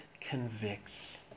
convicts